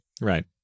Right